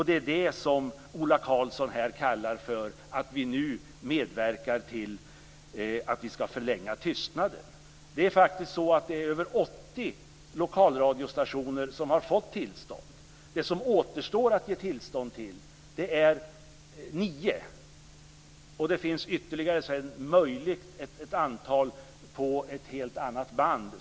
Det är det som Ola Karlsson syftar på när han säger att vi nu medverkar till att förlänga tystnaden. Det är faktiskt över 80 lokalradiostationer som har fått tillstånd. Det återstår nio tillstånd. Det finns sedan möjlighet att ge tillstånd för ytterligare ett antal tillstånd på ett helt annat band.